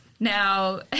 Now